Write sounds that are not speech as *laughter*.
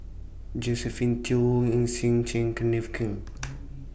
Josephine Teo Ng Yi Sheng Kenneth Keng *noise*